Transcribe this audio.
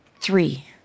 Three